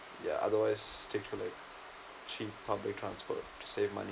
yeah otherwise stick to like cheap public transport to save money